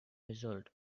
result